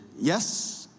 yes